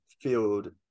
field